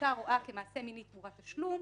הפסיקה רואה כמעשה מיני תמורת תשלום